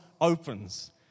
opens